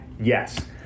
Yes